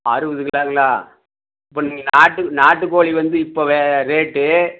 அறுபது கிலோங்களா அப்போ நாட்டு நாட்டுக்கோழி வந்து இப்போ ரேட்டு